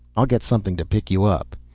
i'll get something to pick you up.